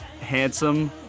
handsome